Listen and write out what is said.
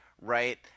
right